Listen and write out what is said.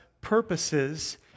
purposes